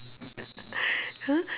!huh!